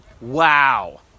Wow